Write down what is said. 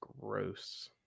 gross